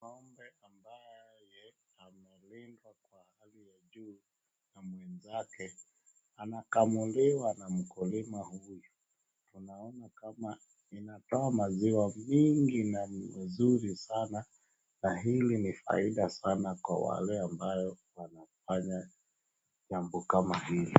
Ng'ombe ambaye amelindwa kwa hali ya juu na mwenzake anakamuliwa na mkulima huyu. Tunaona kama inatoa maziwa mingi na ni mzuri sana na hili ni faida sana kwa wale ambayo wanafanya jambo kama hili.